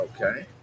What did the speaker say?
Okay